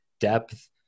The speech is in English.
Depth